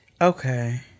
Okay